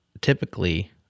typically